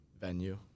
venue